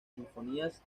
sinfonías